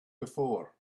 before